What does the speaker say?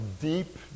deep